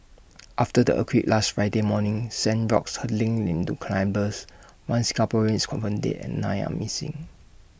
after the earthquake last Friday morning sent rocks hurtling into climbers one Singaporean is confirmed dead and nine are missing